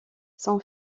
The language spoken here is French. son